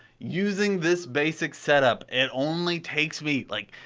using this basic setup it only takes me like,